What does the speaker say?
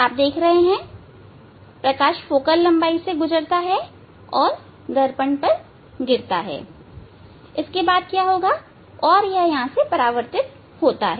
आप देख रहे हैं कि प्रकाश फोकल लंबाई से गुजरता है और दर्पण पर गिरता है और परावर्तित होता है